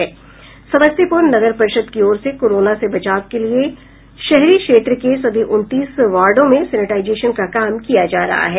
समस्तीपुर नगर परिषद की ओर से कोरोना से बचाव के लिए शहरी क्षेत्र के सभी उनतीस वार्डों में सैनिटाईजेशन का काम किया जा रहा है